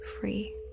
free